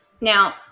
Now